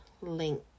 link